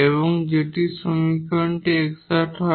এবং যদি সমীকরণটি এক্সাট হয়